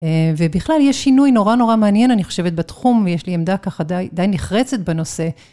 ובכלל יש שינוי נורא נורא מעניין, אני חושבת, בתחום ויש לי עמדה ככה די נחרצת בנושא.